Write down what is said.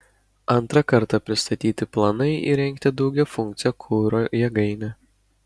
antrą kartą pristatyti planai įrengti daugiafunkcę kuro jėgainę